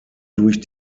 durch